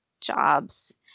jobs